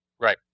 Right